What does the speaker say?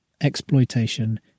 exploitation